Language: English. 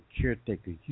caretaker